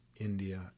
India